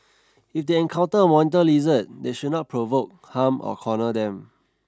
if they encounter a monitor lizard they should not provoke harm or corner them